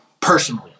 personally